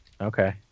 okay